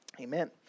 Amen